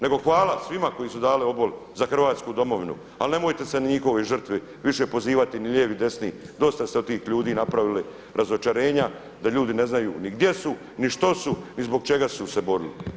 Nego hvala svima koji su dali obol za Hrvatsku domovinu ali nemojte se na njihovoj žrtvi više pozivati ni lijevi ni desni, dosta ste od tih ljudi napravili razočarenja da ljudi ne znaju ni gdje su ni što su ni zbog čega su se borili.